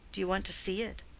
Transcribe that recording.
do you want to see it?